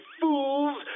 fools